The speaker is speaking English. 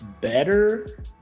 better